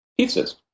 pizzas